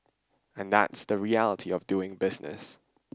and that's the reality of doing business